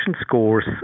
scores